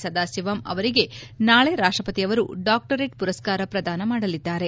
ಸದಾಶಿವಂ ಅವರಿಗೆ ನಾಳೆ ರಾಷ್ಟಪತಿ ಅವರು ಡಾಕ್ಟರೇಟ್ ಮರಸ್ತಾರ ಪ್ರದಾನ ಮಾಡಲಿದ್ದಾರೆ